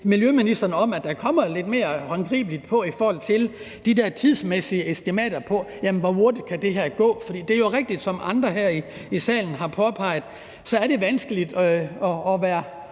miljøministeren om, at der kommer noget lidt mere håndgribeligt på i forhold til de der tidsmæssige estimater af, hvor hurtigt det her kan gå. For det er jo rigtigt, som andre her i salen har påpeget, at det er vanskeligt at være